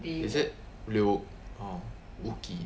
is it ryeo orh wookie